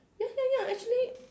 ya ya ya actually